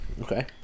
Okay